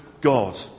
God